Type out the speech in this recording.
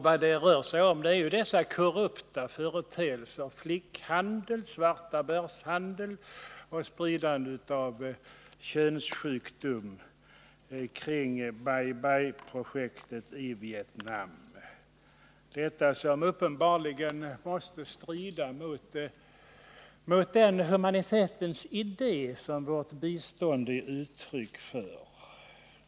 Vad det rör sig om är sådana korrupta företeelser som flickhandel, svartabörshandel och spridande av könssjukdom vid Bai Bang-projektet i Vietnam. Dessa företeelser strider uppenbarligen mot den humanitetens idé som vårt bistånd är ett uttryck för.